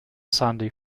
sandy